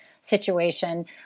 situation